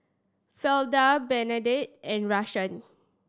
Fleda Bernadette and Rahsaan